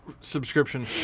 subscription